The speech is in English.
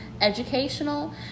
educational